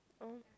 oh